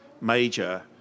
major